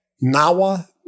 Nawa